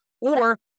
Or-